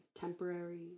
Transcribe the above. Temporary